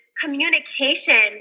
communication